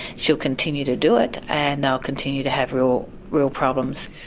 she'll continue to do it, and they'll continue to have real real problems.